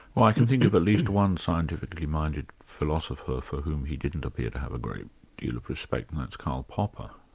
um i can think of at least one scientifically minded philosopher for whom he didn't appear to have great deal of respect, and that's karl popper.